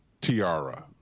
Tiara